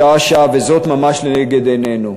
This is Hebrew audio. שעה-שעה ממש לנגד עינינו.